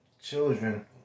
children